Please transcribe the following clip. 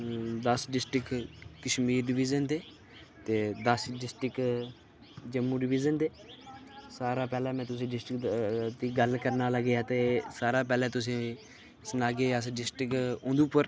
दस district Kashmir division दे ते दस डिस्टिक जम्मू डिविजन दे सारें शा पैह्लें मैं डिस्टिक दी गल्ल करना लग्गेआ ते सारे पैह्ले तुसेंगी सनाह्गे अस डिस्टिक उधमपुर